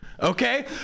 Okay